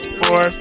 four